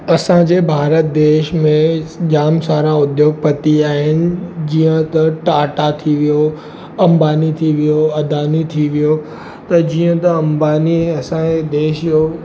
असांजे भारत देश में जाम सारा उद्योगपति आहिनि जीअं त टाटा थी वियो अंबानी थी वियो अदानी थी वियो त जीअं त अंबानी असांजे देश जो